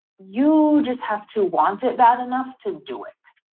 you just have to want it bad enough to do it.